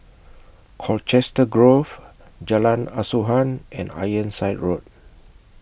Colchester Grove Jalan Asuhan and Ironside Road